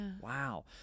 wow